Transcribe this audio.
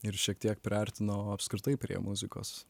ir šiek tiek priartino apskritai prie muzikos